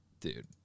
Dude